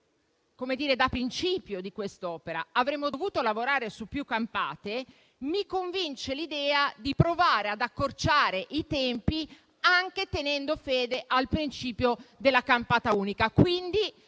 progettazione da principio di quest'opera, avremmo dovuto lavorare su più campate, mi convince l'idea di provare ad accorciare i tempi, anche tenendo fede al principio della campata unica.